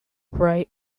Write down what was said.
bright